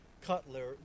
Cutler